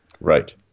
Right